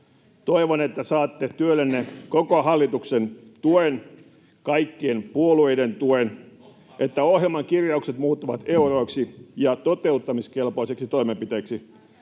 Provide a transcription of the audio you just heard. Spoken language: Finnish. Toivon, että saatte työllenne koko hallituksen tuen, kaikkien puolueiden tuen, [Perussuomalaisten ryhmästä: Totta kai!] että ohjelman kirjaukset muuttuvat euroiksi ja toteuttamiskelpoisiksi toimenpiteiksi.